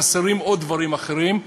חסרים עוד דברים אחרים.